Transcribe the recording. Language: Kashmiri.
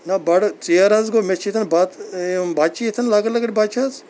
نہ بَڑٕ ژیر حظ گوٚو مےٚ چھِ ییٚتٮ۪ن بَتہٕ یِم بَچہِ ییٚتٮ۪ن لۄکٕٹۍ لَۄکٕٹۍ بَچہِ حظ